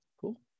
Cool